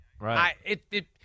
right